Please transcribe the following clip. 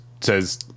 says